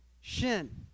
Shin